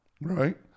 right